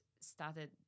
started